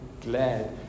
glad